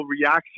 reaction